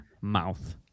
mouth